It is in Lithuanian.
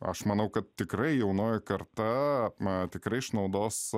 aš manau kad tikrai jaunoji karta na tikrai išnaudos